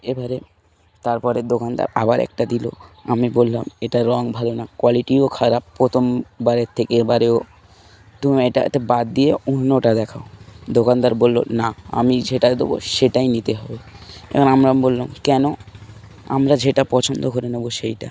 এবারে তারপের দোকানদার আবার একটা দিলো আমি বললাম এটা রঙ ভালো না কোয়ালিটিও খারাপ প্রথমবারের থেকে এবারেও তুমি এটাতে বাদ দিয়ে অন্যটা দেখাও দোকানদার বলল না আমি যেটা দেবো সেটাই নিতে হবে এবার আমরা বললাম কেন আমরা যেটা পছন্দ করে নেবো সেইটা